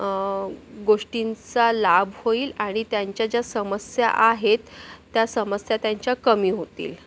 या गोष्टींचा लाभ होईल आणि त्यांच्या ज्या समस्या आहेत त्या समस्या त्यांच्या कमी होतील